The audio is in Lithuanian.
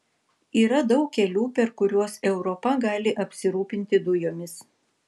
yra daug kelių per kuriuos europa gali apsirūpinti dujomis